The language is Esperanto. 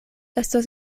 estos